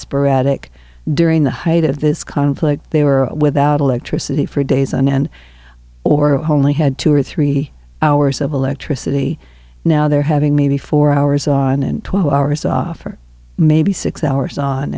sporadic during the height of this conflict they were without electricity for days on end or only had two or three hours of electricity now they're having maybe four hours on and twelve hours off or maybe six hours on